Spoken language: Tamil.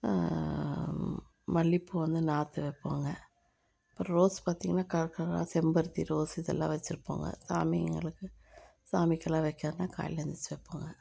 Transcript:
மல்லிப்பூ வந்து நாற்று வைப்போங்க அப்புறம் ரோஸ் பார்த்திங்கன்னா கலர் கலராக செம்பருத்தி ரோஸு இதெல்லாம் வச்சுருப்போங்க சாமிங்களுக்கு சாமிக்கெல்லாம் வைக்கறதுனா காலையில எந்திரிச்சு வைப்போங்க